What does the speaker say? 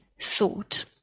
thought